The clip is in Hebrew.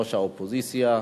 ראש האופוזיציה.